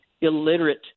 illiterate